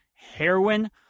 heroin